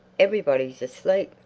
everybody's asleep.